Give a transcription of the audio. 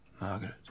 Margaret